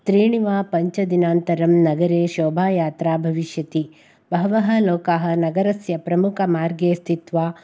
त्रीणि वा पञ्चदिनान्तरं नगरे शोभायात्रा भविष्यति बहवः लोकाः नगरस्य प्रमुखमार्गे स्थित्वा